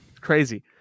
crazy